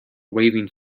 waving